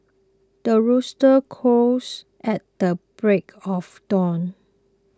the rooster crows at the break of dawn